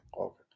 Okay